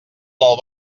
del